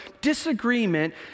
disagreement